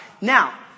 Now